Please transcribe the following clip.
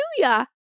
hallelujah